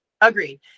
Agreed